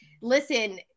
listen